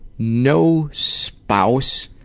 no spouse